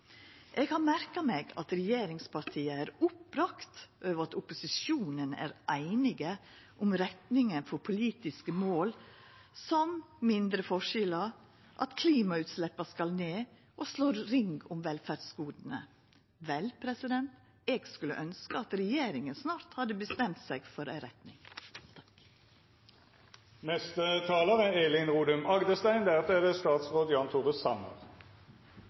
Eg har merka meg at regjeringspartia er oppøste over at opposisjonen er einige om retninga for politiske mål som mindre forskjellar, at klimagassutsleppa skal ned, at ein slår ring om velferdsgoda. Vel, eg skulle ønskja at regjeringa snart hadde bestemt seg for ei retning. I en tid preget av økende økonomisk usikkerhet og lav vekst både i våre naboland i Europa og globalt er